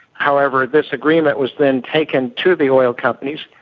however, this agreement was then taken to the oil companies,